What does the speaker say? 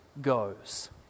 goes